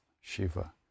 Shiva